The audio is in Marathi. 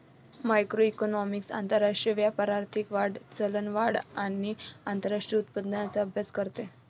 मॅक्रोइकॉनॉमिक्स आंतरराष्ट्रीय व्यापार, आर्थिक वाढ, चलनवाढ आणि राष्ट्रीय उत्पन्नाचा अभ्यास करते